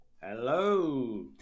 Hello